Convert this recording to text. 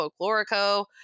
folklorico